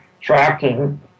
tracking